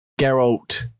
Geralt